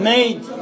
Made